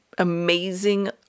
amazing